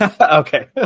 Okay